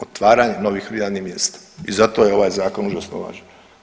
Otvaranje novih radnih mjesta i zato je ovaj Zakon užasno važan.